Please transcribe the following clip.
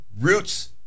roots